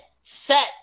set